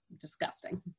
disgusting